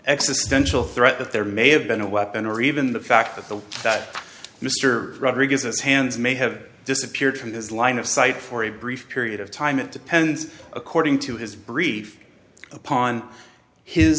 existential threat that there may have been a weapon or even the fact that the that mr rodriguez's hands may have disappeared from his line of sight for a brief period of time it depends according to his brief upon his